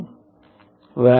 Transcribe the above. అవసరం అవుతుంది